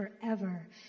forever